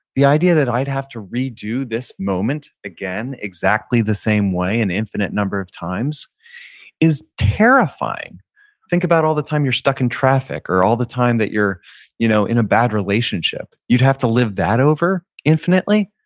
the idea that i'd have to redo this moment again exactly the same way an infinite number of times is terrifying think about all the time you're stuck in traffic or all the time that you're you know in a bad relationship. you'd have to live that over infinitely?